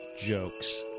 jokes